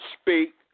speak